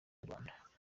nyarwanda